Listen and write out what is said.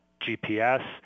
GPS